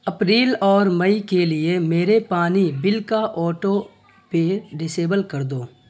April اور May کے لیے میرے پانی بل کا آٹو پے ڈسیبل کر دو